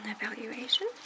evaluation